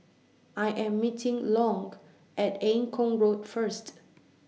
I Am meeting Long At Eng Kong Road First